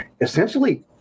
essentially